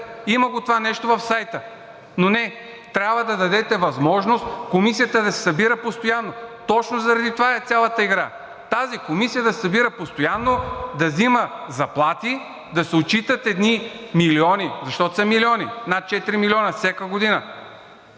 Има го това нещо в сайта, но не, трябва да дадете възможност Комисията да се събира постоянно. Точно заради това е цялата игра. Тази комисия да се събира постоянно, да взима заплати, да се отчитат едни милиони, защото са милиони – над 4 милиона всяка година.